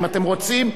אם אתם רוצים,